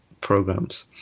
programs